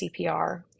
CPR